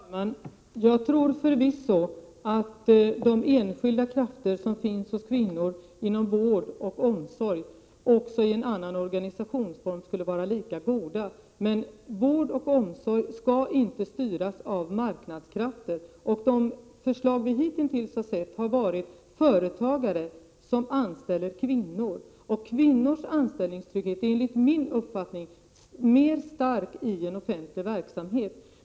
Fru talman! Jag tror förvisso att den kraft som finns hos de enskilda kvinnorna inom vård och omsorg skulle vara lika god också i en annan organisationsform. Vård och omsorg skall emellertid inte styras av marknadskrafter. De förslag vi hitintills har sett har gällt företagare som anställer kvinnor. Enligt min uppfattning är kvinnornas anställningstrygghet starkare i en offentlig verksamhet.